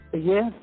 yes